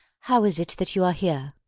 how is it that you are here?